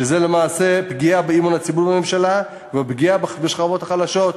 שזה למעשה פגיעה באמון הציבור בממשלה ופגיעה בשכבות החלשות.